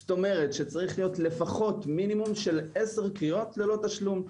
זאת אומרת שצריך להיות לפחות מינימום של עשר פניות ללא תשלום.